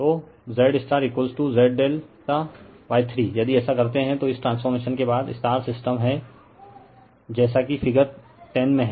refer slide time 1405 तो Z Z ∆ 3 यदि ऐसा करते है तो इस ट्रांसफॉर्मेशन के बाद सिस्टम हैं जेसा कि फिगर 10 में हैं